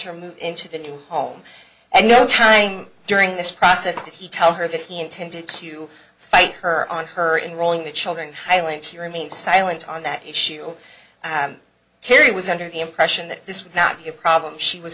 her move into the new home and no time during this process did he tell her that he intended to fight her on her in rolling the children heiling to remain silent on that issue carrie was under the impression that this would not be a problem she was